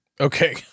Okay